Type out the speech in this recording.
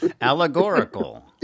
allegorical